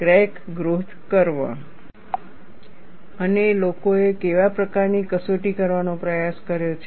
crack growth curve અને લોકોએ કેવા પ્રકારની કસોટી કરવાનો પ્રયાસ કર્યો છે